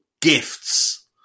gifts